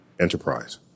enterprise